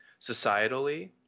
societally